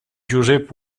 josep